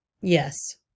Yes